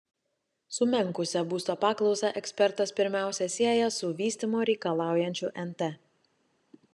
sumenkusią būsto paklausą ekspertas pirmiausia sieja su vystymo reikalaujančiu nt